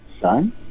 son